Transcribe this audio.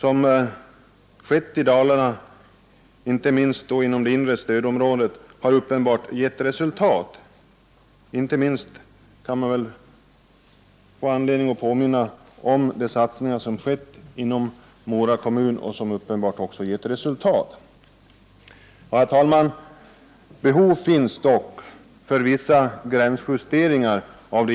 Behov av vissa justeringar av det inre stödområdets gränser föreligger dock.